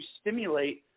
stimulate